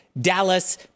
Dallas